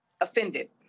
offended